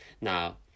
now